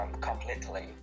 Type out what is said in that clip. completely